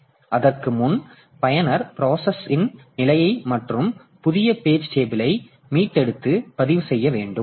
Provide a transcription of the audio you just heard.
எனவே அதற்கு முன் பயனர் பிராசஸ் இன் நிலை மற்றும் புதிய பேஜ் டேபிளயை மீட்டெடுத்து பதிவு செய்ய வேண்டும்